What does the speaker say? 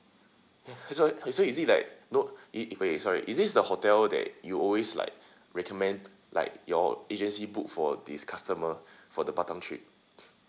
ya that's why that's why you see like no wait wait sorry is this the hotel that you always like recommend like your agency book for this customer for the batam trip